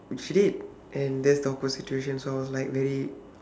she did and that's the awkward situation so I was like very